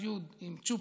א"י עם צ'ופצ'יק.